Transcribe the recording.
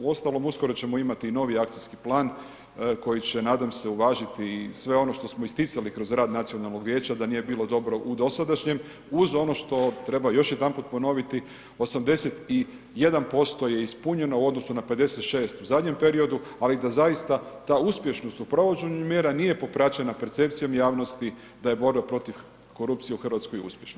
Uostalom uskoro ćemo imati i novi akcijski plan koji će nadam se uvažiti i sve ono što smo isticali kroz rad nacionalnog vijeća da nije bilo dobro u dosadašnjem, uz ono što treba još jedanput ponoviti, 81% je ispunjeno u odnosu na 56 u zadnjem periodu, ali da zaista ta uspješnost u provođenju mjera nije popraćena percepcijom javnosti da je borba protiv korupcije u Hrvatskoj uspješna.